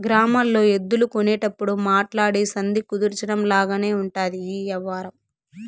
గ్రామాల్లో ఎద్దులు కొనేటప్పుడు మాట్లాడి సంధి కుదర్చడం లాగానే ఉంటది ఈ యవ్వారం